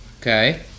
Okay